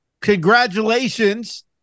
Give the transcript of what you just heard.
Congratulations